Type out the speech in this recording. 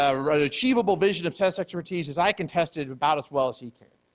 ah but achievable vision of test expertise is i can test it about as well as he can.